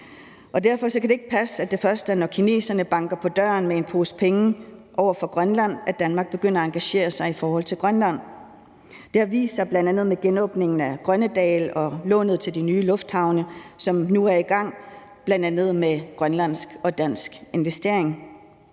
Derfor kan det ikke passe, at det først er, når kineserne banker på døren med en pose penge over for Grønland, at Danmark begynder at engagere sig i forhold til Grønland. Det har vist sig med bl.a. genåbningen af Grønnedal og lånet til de nye lufthavne, som nu er i gang, bl.a. med grønlandsk og dansk investering.